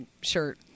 shirt